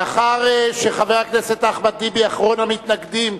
לאחר שחבר הכנסת אחמד טיבי, אחרון המתנגדים,